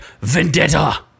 VENDETTA